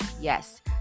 yes